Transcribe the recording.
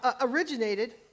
originated